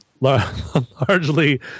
largely